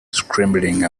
scribbling